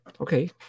Okay